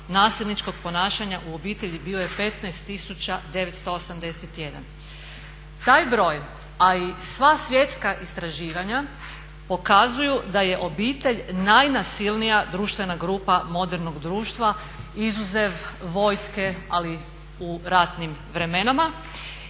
nasilničkog ponašanja u obitelji bio je 15981. Taj broj a i sva svjetska istraživanja pokazuju da je obitelj najnasilnija društvena grupa modernog društva izuzev vojske, ali u ratnim vremenima.